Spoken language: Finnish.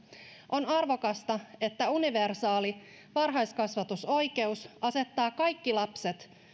on arvokasta että universaali varhaiskasvatusoikeus asettaa kaikki lapset